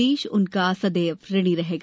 देश उनका सदैव ऋणी रहेगा